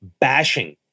bashing